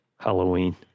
Halloween